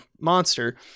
monster